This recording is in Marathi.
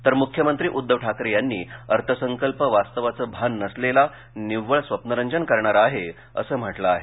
तर मुख्यमंत्री उद्धव ठाकरे यांनी अर्थसंकल्प वास्तवाचे भान नसलेला निव्वळ स्वप्नरंजन करणारा आहे असं म्हटलं आहे